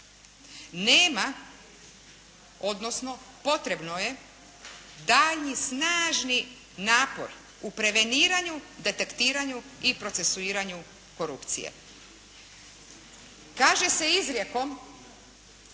Nema, odnosno potrebno je daljnji snažni napor i preveniranju, detektiranju i procesuiranju korupcije. Kaže se izrijekom,